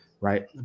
right